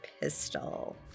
pistol